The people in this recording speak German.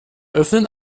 öffnen